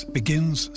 begins